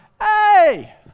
hey